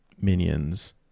minions